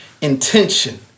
intention